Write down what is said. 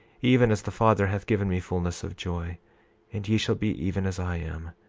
even as the father hath given me fulness of joy and ye shall be even as i am,